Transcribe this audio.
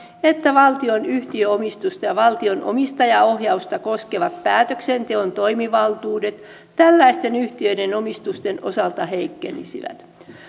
että valtion yhtiöomistusta ja valtion omistajaohjausta koskevat päätöksenteon toimivaltuudet tällaisten yhtiöiden omistusten osalta heikkenisivät